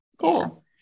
cool